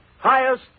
highest